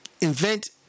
Invent